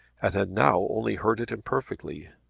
and had now only heard it imperfectly.